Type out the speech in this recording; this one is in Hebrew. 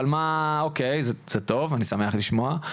זה טוב, אני שמח לשמוע.